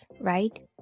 right